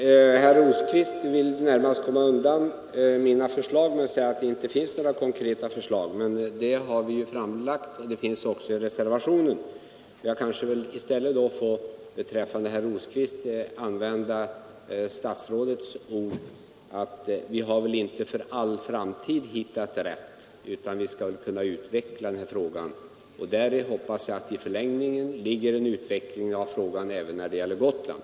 Herr talman! Herr Rosqvist vill närmast komma undan mina förslag med att säga att det inte finns några konkreta förslag. Men sådana har vi framlagt — det framgår också av reservationen. Jag kanske då i stället till herr Rosqvist får använda statsrådet Norlings ord: Vi har väl inte för all framtid hittat rätt, utan vi skall väl kunna utveckla den här frågan. Däri hoppas jag är inbegripen även en utveckling när det gäller Gotland.